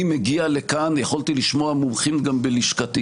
אני מגיע לכאן, יכולתי לשמוע מומחים גם בלשכתי